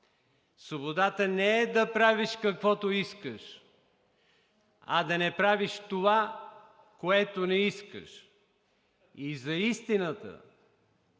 „Свободата не е да правиш каквото искаш, а да не правиш това, което не искаш.“ И за истината